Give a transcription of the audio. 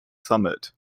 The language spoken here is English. summit